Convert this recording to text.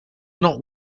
not